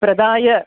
प्रदाय